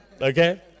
Okay